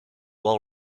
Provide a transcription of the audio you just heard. all